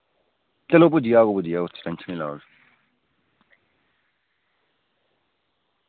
चलो पुज्जी जाह्ग पुज्जी जाह्ग तुस टेंशन निं लैओ